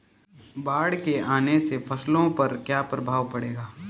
बाढ़ के आने से फसलों पर क्या प्रभाव पड़ेगा?